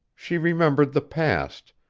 she remembered the past,